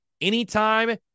anytime